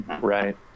right